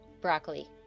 Broccoli